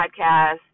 podcast